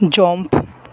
jump